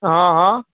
હા હા